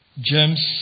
James